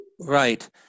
Right